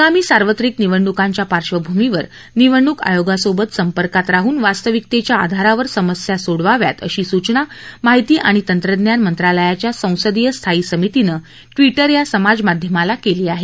आगामी सार्वत्रिक निवडणुकांच्या पार्श्वभूमीवर निवडणूक आयोगासोबत संपर्कात राहून वास्तविकतेच्या आधारावर समस्या सोडवाव्यात अशी सूचना माहिती आणि तंत्रज्ञान मंत्रालयाच्या संसदीय स्थायी समितींनं ट्विटर या समाज माध्यमाला केली आहे